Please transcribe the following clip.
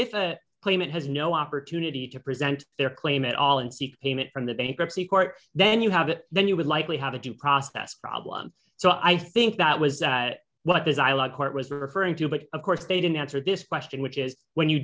if a claimant has no opportunity to present their claim at all and seek payment from the bankruptcy court then you have that then you would likely have a due process problem so i think that was what this island court was referring to but of course they didn't answer this question which is when you